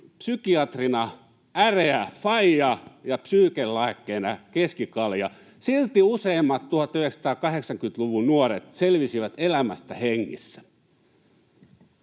psykiatrina äreä faija ja psyykelääkkeenä keskikalja. Silti useimmat 1980-luvun nuoret selvisivät elämästä hengissä.